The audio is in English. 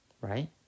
Right